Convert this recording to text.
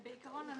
בעיקרון,